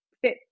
fit